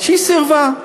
והיא סירבה.